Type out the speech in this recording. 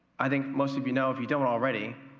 i think most of you know if you don't already,